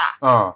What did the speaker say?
ah